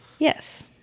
Yes